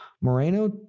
moreno